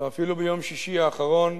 ואפילו ביום שישי האחרון,